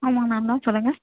ஆமாம் நான் தான் சொல்லுங்க